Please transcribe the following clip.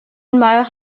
meurt